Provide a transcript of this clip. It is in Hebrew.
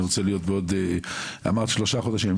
אני רוצה להיות בעוד את אמרת שלושה חודשים אני